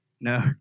No